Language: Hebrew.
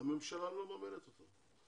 הממשלה לא מממנת אותם.